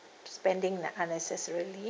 spending like unnecessarily